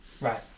Right